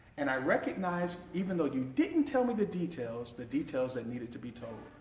and i recognize even though you didn't tell me the details, the details that needed to be told.